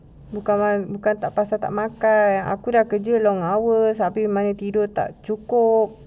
bukan bukan tak pasal tak makan aku dah kerja long hour abeh tidur tak cukup